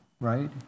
right